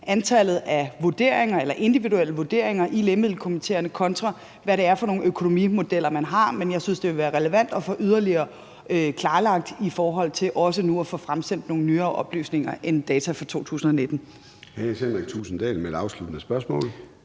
antallet af individuelle vurderinger i lægemiddelkomitéerne, kontra hvad det er for nogle økonomimodeller man har. Men jeg synes, det ville være relevant at få yderligere klarlagt, ved også nu at få fremsendt nogle nyere oplysninger end data fra 2019. Kl. 13:07 Formanden (Søren